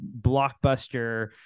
blockbuster